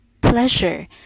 pleasure